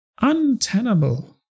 untenable